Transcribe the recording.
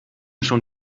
schon